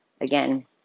again